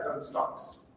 stocks